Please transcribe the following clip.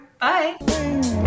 bye